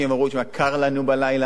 אמרו: קר לנו בלילה,